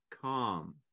calm